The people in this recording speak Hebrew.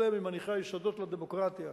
אלה ממניחי היסודות לדמוקרטיה,